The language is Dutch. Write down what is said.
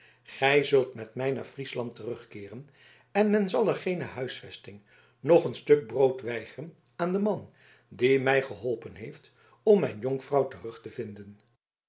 gij zult met mij naar friesland terugkeeren en men zal er geene huisvesting noch een stuk brood weigeren aan den man die mij geholpen heeft om mijn jonkvrouw terug te vinden